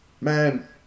man